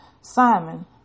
Simon